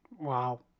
Wow